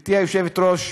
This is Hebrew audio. גברתי היושבת-ראש,